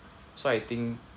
so I think